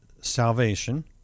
salvation